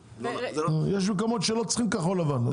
יש מקומות שלא צריכים כחול לבן.